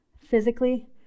physically